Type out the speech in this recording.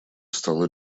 стала